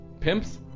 Pimps